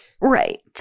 Right